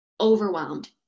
overwhelmed